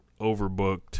overbooked